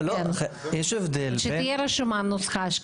כן ושתהיה רשומה הנוסחה.